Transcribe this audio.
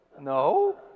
No